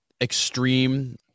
extreme